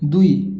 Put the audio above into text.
ଦୁଇ